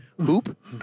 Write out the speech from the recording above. hoop